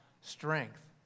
strength